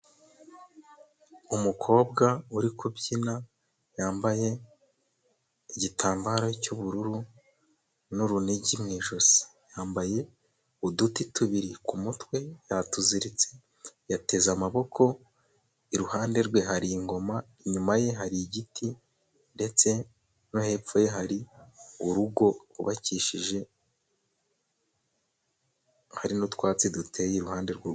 Umukobwa uri kubyina yambaye igitambaro cy'ubururu n'urunigi mu ijosi. Yambaye uduti tubiri ku mutwe yatuziritse, yateze amaboko. Iruhande rwe hari ingoma, inyuma ye hari igiti ndetse no hepfo ye hari urugo rwubakishije hari n'utwatsi duteye iruhande rwe.